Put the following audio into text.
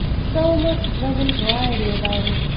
so much pleasant variety about it,